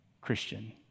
Christian